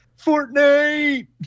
Fortnite